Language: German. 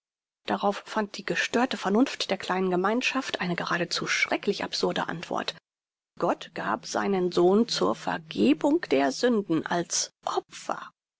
darauf fand die gestörte vernunft der kleinen gemeinschaft eine geradezu schrecklich absurde antwort gott gab seinen sohn zur vergebung der sünden als opfer